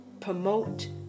promote